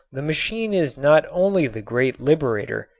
the machine is not only the great liberator,